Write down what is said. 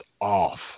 off